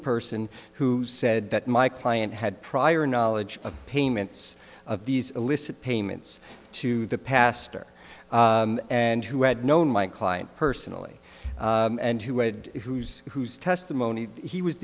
person who said that my client had prior knowledge of payments of these illicit payments to the pastor and who had known my client personally and who would whose whose testimony he was